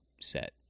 set